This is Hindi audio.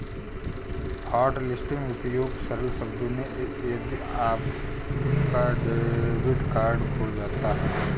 हॉटलिस्टिंग उपयोग सरल शब्दों में यदि आपका डेबिट कार्ड खो जाता है